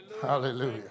Hallelujah